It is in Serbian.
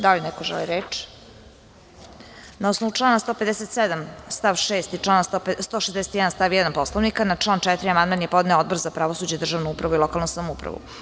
Da li neko želi reč? (Ne.) Na osnovu člana 157. stav 6. i člana 161. stav 1. Poslovnika, na član 4. amandman je podneo Odbor za pravosuđe, državnu upravu i lokalnu samoupravu.